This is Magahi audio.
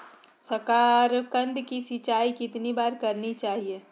साकारकंद की सिंचाई कितनी बार करनी चाहिए?